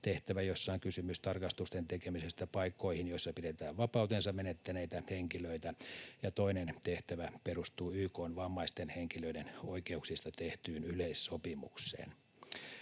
tehtävä, jossa on kysymys tarkastusten tekemisestä paikkoihin, joissa pidetään vapautensa menettäneitä henkilöitä, ja toinen tehtävä perustuu YK:n vammaisten henkilöiden oikeuksista tehtyyn yleissopimukseen.